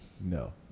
No